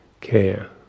care